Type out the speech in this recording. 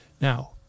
now